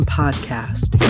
podcast